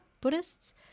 Buddhists